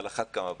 על אחת כמה וכמה.